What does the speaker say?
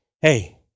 hey